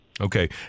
Okay